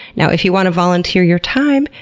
now, if you wanna volunteer your time,